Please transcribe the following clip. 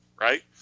Right